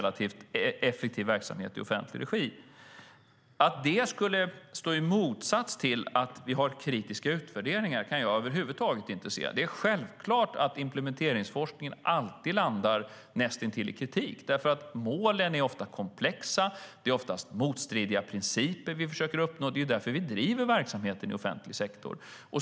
Att det skulle stå i motsats till att vi har kritiska utvärderingar kan jag över huvud taget inte se. Det är självklart att implementeringsforskningen alltid landar näst intill i kritik. Målen är ofta komplexa, och det är oftast motstridiga principer vi försöker uppnå. Det är därför som vi driver verksamheten i offentlig sektor.